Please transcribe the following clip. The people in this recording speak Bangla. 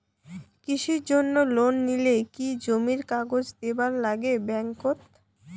কৃষির জন্যে লোন নিলে কি জমির কাগজ দিবার নাগে ব্যাংক ওত?